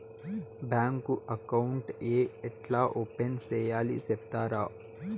Bank account ఏ ఎట్లా open సేయాలి సెప్తారా?